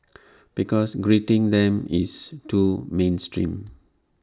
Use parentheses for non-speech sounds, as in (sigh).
(noise) because greeting them is too mainstream